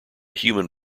human